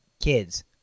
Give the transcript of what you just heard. Kids